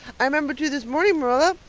i remembered to this morning, marilla.